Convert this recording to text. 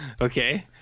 Okay